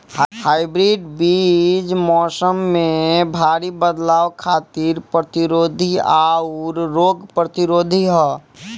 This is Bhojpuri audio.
हाइब्रिड बीज मौसम में भारी बदलाव खातिर प्रतिरोधी आउर रोग प्रतिरोधी ह